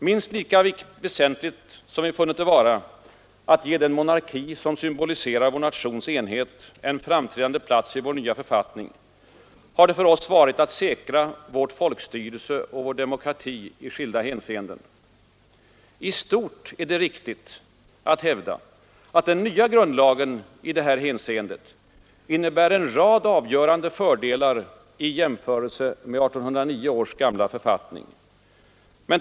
Minst lika väsentligt som vi funnit det vara att ge den monarki som symboliserar vår nations enhet en framträdande plats i vår nya författning, har det för oss varit att säkra vårt folkstyre och vår demokrati i olika avseenden. I stort är det riktigt att hävda att den nya grundlagen i detta hänseende innebär en rad avgörande fördelar i jämförelse med 1809 års författning.